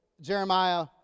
Jeremiah